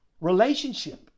relationship